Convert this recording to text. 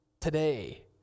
today